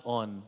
on